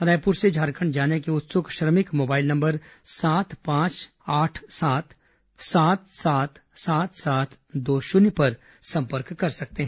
रायपुर से झारखंड जाने के उत्सुक श्रमिक मोबाइल नंबर सात पांच आठ सात सात सात सात सात दो शून्य पर संपर्क कर सकते हैं